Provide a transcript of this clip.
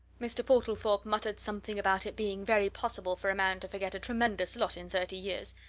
mr. portlethorpe muttered something about it being very possible for a man to forget a tremendous lot in thirty years,